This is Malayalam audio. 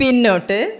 പിന്നോട്ട്